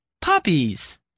Puppies